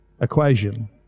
equation